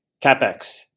capex